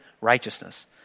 righteousness